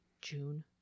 June